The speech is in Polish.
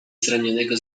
zranionego